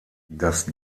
das